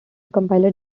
compiler